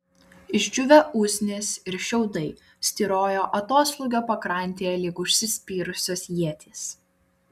išdžiūvę usnys ir šiaudai styrojo atoslūgio pakrantėje lyg užsispyrusios ietys